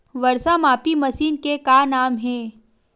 वर्षा मापी मशीन के का नाम हे?